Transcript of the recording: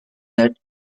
that